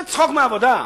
זה צחוק מהעבודה.